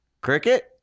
Cricket